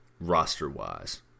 Roster-wise